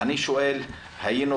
אני שואל, היינו